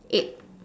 eight